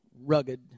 rugged